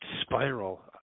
spiral